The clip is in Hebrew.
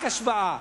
רק השוואה.